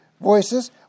voices